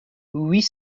huit